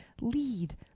Lead